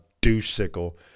douche-sickle